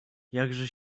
jakże